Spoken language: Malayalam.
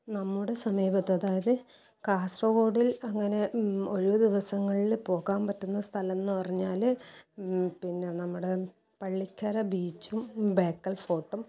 നമ്മുടെ സമീപത്ത് അതായത് കാസർഗോഡിൽ അങ്ങനെ ഒഴിവ് ദിവസങ്ങളിൽ പോകാൻ പറ്റുന്ന സ്ഥലം എന്ന് പറഞ്ഞാൽ പിന്നെ നമ്മുടെ പള്ളിക്കര ബീച്ചും ബേക്കൽ ഫോർട്ടും